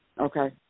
Okay